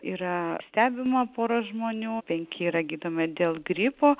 yra stebima pora žmonių penki yra gydomi dėl gripo